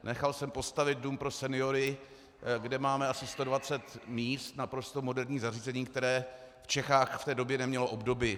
Nechal jsem postavit dům pro seniory, kde máme asi 120 míst v naprosto moderním zařízení, které v Čechách v té době nemělo obdoby.